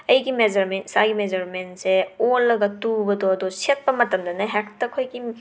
ꯑꯩꯒꯤ ꯃꯦꯖꯔꯃꯦꯟ ꯏꯁꯥꯒꯤ ꯃꯦꯖꯔꯃꯦꯟꯁꯦ ꯑꯣꯜꯂꯒ ꯇꯨꯕꯗꯨ ꯑꯗꯨ ꯁꯦꯠꯄ ꯃꯇꯝꯗꯅ ꯍꯦꯛꯇ ꯑꯩꯈꯣꯏꯒꯤ